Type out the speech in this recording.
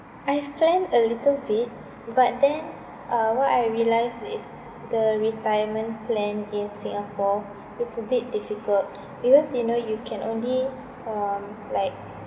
I have planned a little bit but then uh what I realised is the retirement plan in singapore it's a bit difficult because you know you can only um like